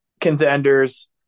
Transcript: contenders